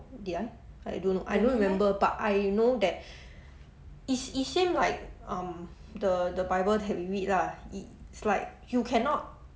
I don't remember but I know that is is same like um the the bible can read lah it's like you cannot